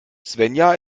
svenja